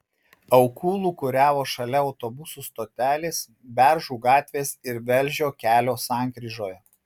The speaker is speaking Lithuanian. aukų lūkuriavo šalia autobusų stotelės beržų gatvės ir velžio kelio sankryžoje